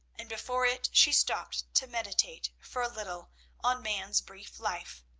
and before it she stopped to meditate for a little on man's brief life,